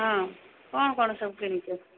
ହଁ କ'ଣ କ'ଣ ସବୁ କିଣିଛ